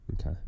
Okay